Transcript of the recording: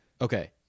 okay